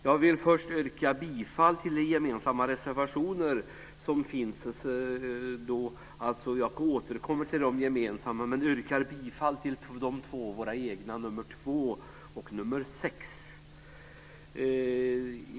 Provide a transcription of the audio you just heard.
Jag vill först yrka bifall till de gemensamma reservationerna, och jag återkommer till dem. Jag yrkar bifall till våra egna reservationer nr 2 och nr 6.